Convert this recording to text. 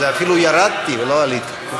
אפילו ירדתי, ולא עליתי.